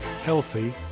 healthy